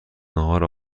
ناهار